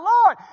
Lord